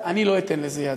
אני לא אתן לזה יד.